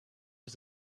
was